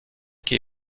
quay